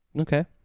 Okay